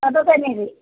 ಅದರದು ಎಣ್ಣೆ ರೀ